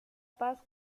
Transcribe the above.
paz